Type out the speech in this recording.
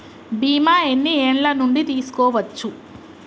బీమా ఎన్ని ఏండ్ల నుండి తీసుకోవచ్చు?